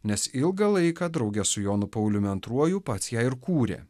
nes ilgą laiką drauge su jonu pauliumi antruoju pats ją ir kūrė